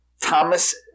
Thomas